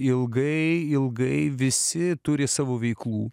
ilgai ilgai visi turi savo veiklų